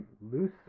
loose